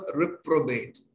reprobate